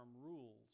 rules